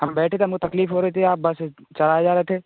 हम बैठे थे हमें तकलीफ हो रही थी आप बस चलाए जा रहे थे